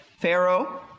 Pharaoh